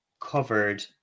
covered